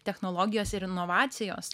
technologijos ir inovacijos